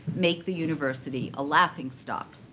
make the university a laughingstock.